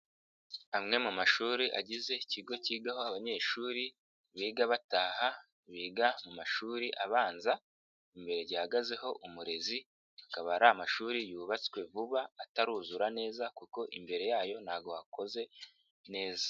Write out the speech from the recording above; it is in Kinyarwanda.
Amwe mu mashuri agize ikigo kigaho abanyeshuri biga bataha, biga mu mashuri abanza, imbere gihagazeho umurezi, akaba ari amashuri yubatswe vuba, ataruzura neza kuko imbere yayo ntago hakoze neza.